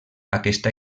aquesta